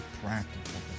practical